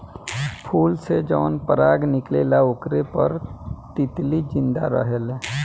फूल से जवन पराग निकलेला ओकरे पर तितली जिंदा रहेले